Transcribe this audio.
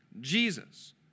Jesus